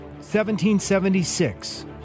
1776